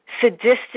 sadistic